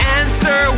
answer